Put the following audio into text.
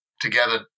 together